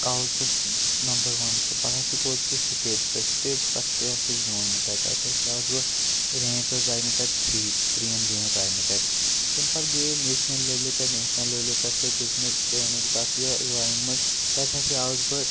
آوُس بہٕ نمبر وَنَس پٮ۪ٹھ پَتہٕ ہاسے گوس بہٕ سِٹیٹَس پٮ۪ٹھ سِٹیٹَس پَتہٕ تہِ ہاسے زیون مےٚ تَتہِ تَتہِ ہَسے آوُس بہٕ رینٛک حظ آیہِ مےٚ تَتہِ تھرٛی ترٛیٚیِم رینٛک آیہِ مےٚ تَتہِ تَمہِ پَتہٕ گٔیے نیشنَل لٮ۪ولہِ پٮ۪ٹھ نیشنَل لٮ۪ولہِ پٮ۪ٹھ تَتہِ دِژ مےٚ ٹرٛینِنٛگ تَتھ ڈرٛایِنٛگ منٛز تَتہِ ہاسے آوُس بہٕ